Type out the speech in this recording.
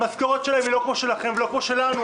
המשכורת שלהם היא לא כמו שלכם ולא כמו שלנו,